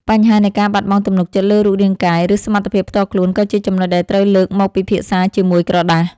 បញ្ហានៃការបាត់បង់ទំនុកចិត្តលើរូបរាងកាយ ឬសមត្ថភាពផ្ទាល់ខ្លួន ក៏ជាចំណុចដែលត្រូវលើកមកពិភាក្សាជាមួយក្រដាស។